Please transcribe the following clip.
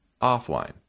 offline